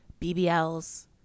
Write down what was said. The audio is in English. BBLs